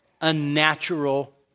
unnatural